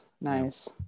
Nice